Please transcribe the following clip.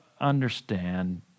understand